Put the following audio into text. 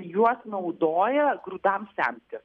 juos naudoja grūdams semti